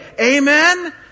Amen